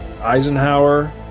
Eisenhower